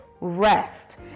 rest